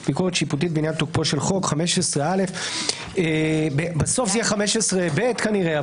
"ביקורת שיפוטית בעניין תוקפו של חוק15א בסוף יהיה 15ב כנראה,